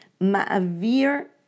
Ma'avir